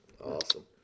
Awesome